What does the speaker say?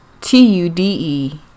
T-U-D-E